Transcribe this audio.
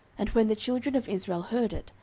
and when the children of israel heard it,